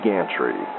Gantry